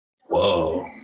whoa